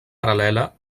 paral·lela